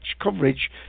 coverage